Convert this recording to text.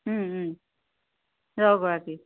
দহগৰাকী